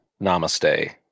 Namaste